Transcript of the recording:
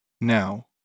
Now